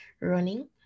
running